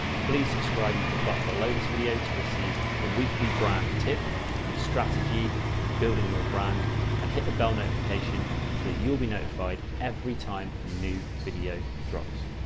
please subscribe using the button below this video to receive a weekly brand tip on strategy and building your brand and hit the bell notification so that you'll be notified every time a new video drops.